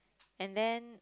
and then